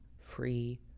free